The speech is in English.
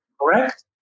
correct